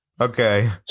Okay